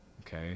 okay